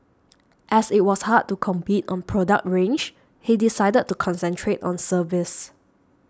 as it was hard to compete on product range he decided to concentrate on service